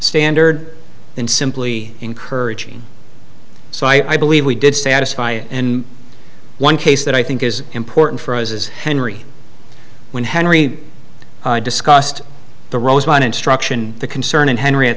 standard than simply encouraging so i believe we did satisfy in one case that i think is important for us as henry when henry discussed the rosemont instruction the concern in henry a